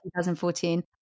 2014